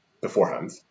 beforehand